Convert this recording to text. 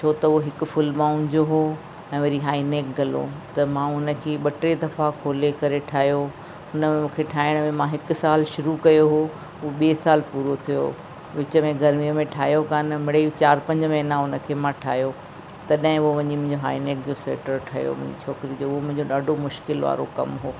छो त उहो हिकु फुल ॿांहुनि जो उहो ऐं वरी हाई नेक ग़लो त मां उन खे ॿ टे दफ़ा खोले करे ठाहियो हुन में मूंखे ठाहिण में मां हिकु सालु शुरू कयो हुओ उहो ॿिए सालु पूरो थियो विच में गर्मी में ठाहियो कोन मिड़ई चारि पंज महीना उन खे मां ठाहियो तॾहिं उहो वञी हाई नेक जो स्वेटर ठहियो मुंहिंजी छोकरी जो उहो मुंहिंजो ॾाढो मुश्किल वारो कम हुओ